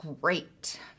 great